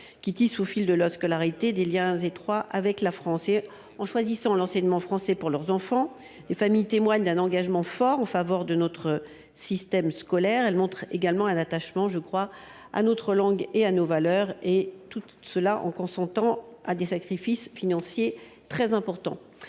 qui tissent au fil de leur scolarité des liens étroits avec la France. En choisissant l’enseignement français pour leurs enfants, les familles témoignent d’un engagement fort en faveur de notre système scolaire ; elles montrent également un attachement à notre langue et à nos valeurs, tout en consentant des sacrifices financiers importants.